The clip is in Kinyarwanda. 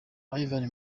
ivan